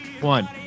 one